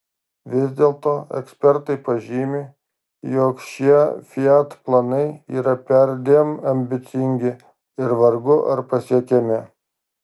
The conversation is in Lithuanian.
vis dėlto ekspertai pažymi jog šie fiat planai yra perdėm ambicingi ir vargu ar pasiekiami